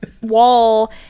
wall